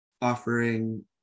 offering